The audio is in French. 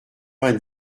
vingt